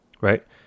right